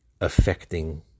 affecting